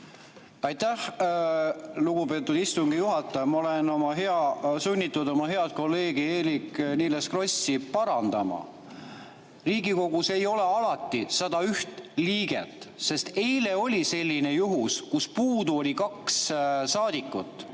Aitäh, lugupeetud istungi juhataja! Ma olen sunnitud oma head kolleegi Eerik-Niiles Krossi parandama. Riigikogus ei ole alati 101 liiget. Eile oli selline juhus, kus puudu oli kaks saadikut,